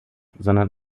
sondern